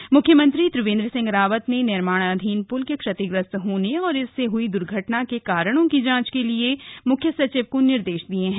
म्रख्यमंत्री त्रिवेंद्र सिंह रावत ने निर्माणाधीन प्ल के क्षतिग्रस्त होने और इससे हई द्र्घटना के कारणों की जांच के लिए म्ख्य सचिव को निर्देश दिए हैं